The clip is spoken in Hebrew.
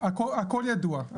הכול ידוע.